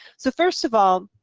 so first of all,